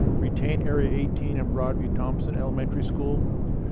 retained area eighteen in broadview thompson elementary school.